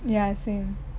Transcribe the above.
ya same